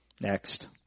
Next